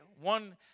one